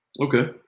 Okay